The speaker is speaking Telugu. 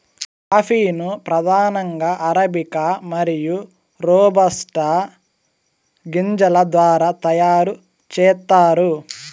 కాఫీ ను ప్రధానంగా అరబికా మరియు రోబస్టా గింజల ద్వారా తయారు చేత్తారు